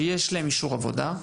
שיש לה אישור עבודה,